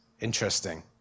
interesting